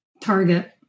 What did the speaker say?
target